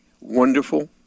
wonderful